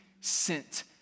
sent